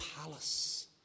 palace